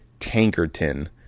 Tankerton